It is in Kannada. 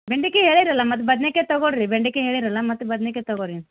ಬೆಂಡೆಕಾಯಿ ಹೇಳಿರಲ್ಲ ಮತ್ತು ಬದನೆಕಾಯಿ ತಗೊಳ್ಳಿ ರಿ ಬೆಂಡೆಕಾಯಿ ಹೇಳಿರಲ್ಲ ಮತ್ತು ಬದನೆಕಾಯಿ ತಗೊ ರಿ